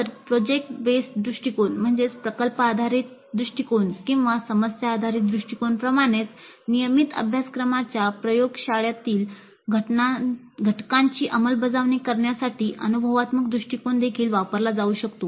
तर project based दृष्टिकोन किंवा समस्या आधारित दृष्टिकोनाप्रमाणेच नियमित अभ्यासक्रमाच्या प्रयोगशाळेतील घटकांची अंमलबजावणी करण्यासाठी अनुभवात्मक दृष्टिकोन देखील वापरला जाऊ शकतो